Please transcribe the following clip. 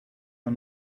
are